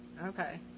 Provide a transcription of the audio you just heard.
Okay